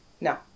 No